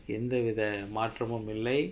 எந்த வித மாற்றமும் இல்லை:entha vitha maatramum illai